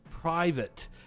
private